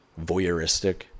voyeuristic